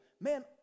man